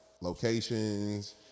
locations